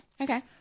Okay